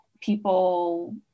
people